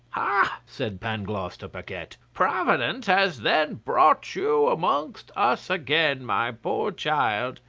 ha! said pangloss to paquette, providence has then brought you amongst us again, my poor child!